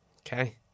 Okay